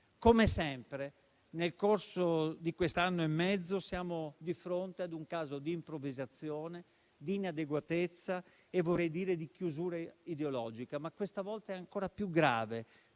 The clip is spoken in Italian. Come sempre nel corso di quest'anno e mezzo, siamo di fronte a un caso di improvvisazione, di inadeguatezza e, vorrei dire, di chiusura ideologica, ma questa volta è ancora più grave